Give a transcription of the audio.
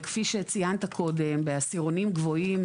כפי שציינת קודם בעשירונים גבוהים,